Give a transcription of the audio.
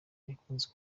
bakunze